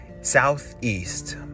southeast